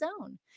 own